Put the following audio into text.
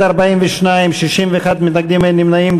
נמנעים.